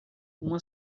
uma